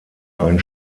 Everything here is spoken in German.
ein